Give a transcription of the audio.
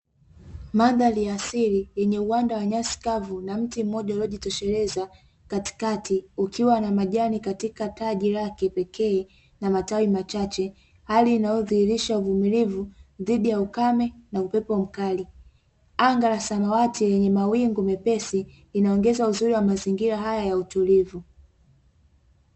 Madhari ya asili yenye uwanda wa nyasi kavu na mti mmoja uliyo jitosheleza katikati ukiwa na majani katika taji lake la kipekee na matawi machache, hali inayodhirisha uvumilivu dhidi ya ukame na upepe mkali .anga la sanawati lenye mawingu mepesi linaongeza uzuri wa mazingira haya ya utulivu.